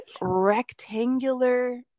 rectangular